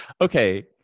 okay